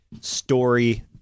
story